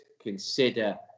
consider